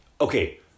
okay